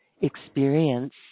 experience